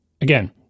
Again